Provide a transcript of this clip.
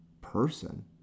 person